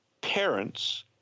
parents